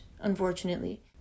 unfortunately